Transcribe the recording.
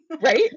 right